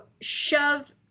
shove